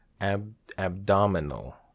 Abdominal